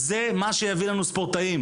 זה מה שיביא לנו ספורטאים,